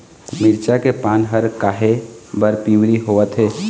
मिरचा के पान हर काहे बर पिवरी होवथे?